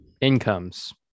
incomes